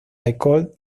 école